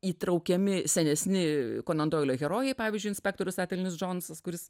įtraukiami senesni konan doilio herojai pavyzdžiui inspektorius atelnis džonsas kuris